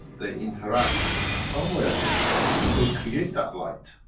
they interact, somewhere they create that light.